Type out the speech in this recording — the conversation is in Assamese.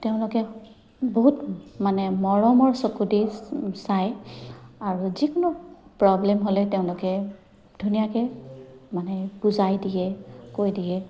তেওঁলোকে বহুত মানে মৰমৰ চকুদি চায় আৰু যিকোনো প্ৰব্লেম হ'লে তেওঁলোকে ধুনীয়াকে মানে বুজাই দিয়ে কৈ দিয়ে